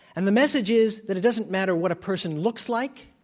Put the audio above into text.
and the message is that it doesn't matter what a person looks like,